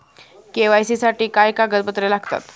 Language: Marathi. के.वाय.सी साठी काय कागदपत्रे लागतात?